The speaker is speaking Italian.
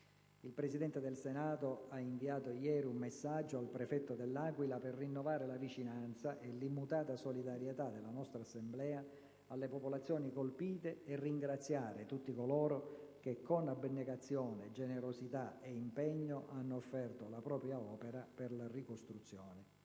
Il Presidente del Senato ha inviato ieri un messaggio al prefetto dell'Aquila per rinnovare la vicinanza e l'immutata solidarietà della nostra Assemblea alle popolazioni colpite e ringraziare tutti coloro che con abnegazione, generosità e impegno hanno offerto la propria opera per la ricostruzione.